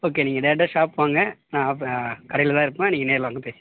okay நீங்கள் டேரெக்டாக shop வாங்க நான் அப்போ கடையில் தான் இருப்பேன் நீங்கள் நேரில் வந்து பேசிக்கங்க